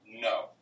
No